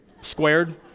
squared